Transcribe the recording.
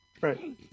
Right